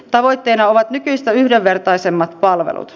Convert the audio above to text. tavoitteena ovat nykyistä yhdenvertaisemmat palvelut